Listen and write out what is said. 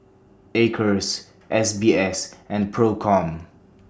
Acres S B S and PROCOM